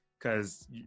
Cause